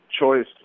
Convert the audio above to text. choice